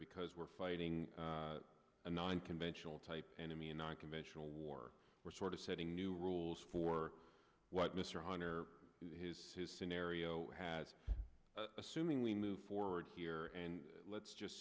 because we're fighting a non conventional type enemy an unconventional war we're sort of setting new rules for what mr hunter and his scenario has assuming we move forward here and let's just